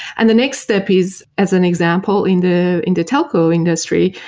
and the next step is, as an example, in the in the telco industry,